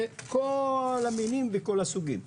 כל המינים וכל הסוגים.